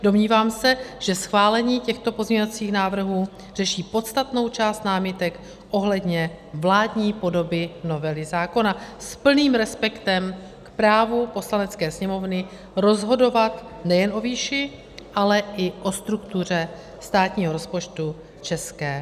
Domnívám se, že schválení těchto pozměňovacích návrhů řeší podstatnou část námitek ohledně vládní podoby novely zákona, s plným respektem k právu Poslanecké sněmovny rozhodovat nejen o výši, ale i o struktuře státního rozpočtu ČR.